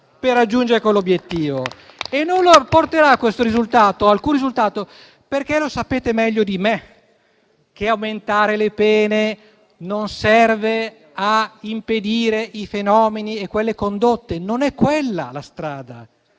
per raggiungere quell'obiettivo. Non porterà alcun risultato perché sapete meglio di me che aumentare le pene non serve ad impedire i fenomeni e le condotte. Non è quella la strada,